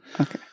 okay